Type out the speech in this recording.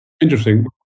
Interesting